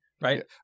right